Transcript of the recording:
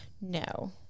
No